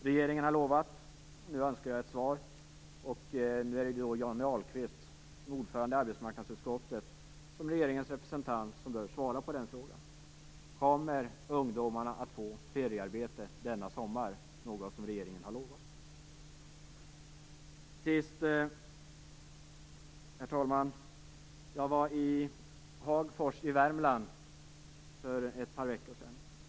Regeringen har lovat. Nu önskar jag ett svar. Det är Johnny Ahlqvist, ordförande i arbetsmarknadsutskottet och regeringens representant, som bör svara på den frågan. Kommer ungdomarna att få feriearbete denna sommar, något som regeringen har lovat? Sist, herr talman, vill jag säga att jag var i Hagfors i Värmland för ett par veckor sedan.